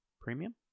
Premium